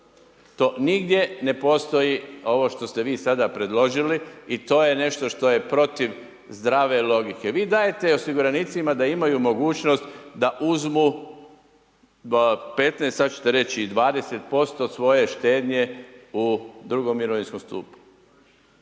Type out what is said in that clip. to nigdje ne postoji, ovo što ste vi sada predložili i to je nešto što je protiv zdrave logike. Vi dajete osiguranicima da imaju mogućnost da uzmu 15, sada ćete reći i 20% od svoje štednje u drugom mirovinskom stupu.